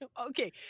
Okay